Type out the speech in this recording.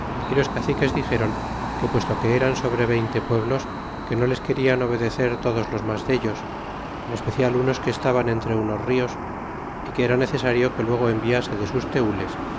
y los caciques dixéron que puesto que eran sobre veinte pueblos que no les querían obedecer todos los mas dellos en especial unos que estaban entre unos nos y que era necesario que luego enviase de sus teules